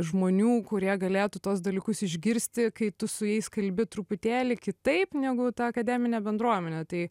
žmonių kurie galėtų tuos dalykus išgirsti kai tu su jais kalbi truputėlį kitaip negu ta akademinė bendruomenė tai